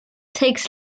takes